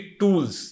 tools